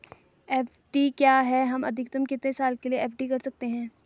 FD क्या है हम अधिकतम कितने साल के लिए एफ.डी कर सकते हैं?